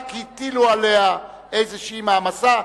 רק הטילו עליה איזו מעמסה,